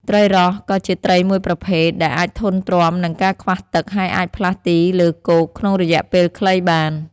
ត្រីរស់ក៏ជាត្រីមួយប្រភេទដែលអាចធន់ទ្រាំនឹងការខ្វះទឹក ហើយអាចផ្លាស់ទីលើគោកក្នុងរយៈពេលខ្លីបាន។